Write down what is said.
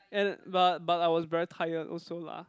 and but but I was very tired also lah